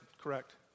correct